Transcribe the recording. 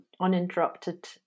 uninterrupted